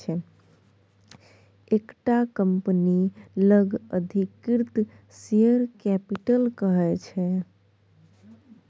एकटा कंपनी लग अधिकृत शेयर कैपिटल रहय छै